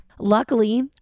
Luckily